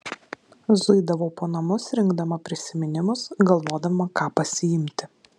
zuidavau po namus rinkdama prisiminimus galvodama ką pasiimti